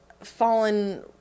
fallen